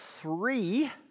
three